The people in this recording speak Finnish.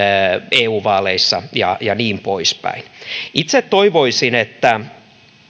eu vaaleissa ja ja niin poispäin itse toivoisin että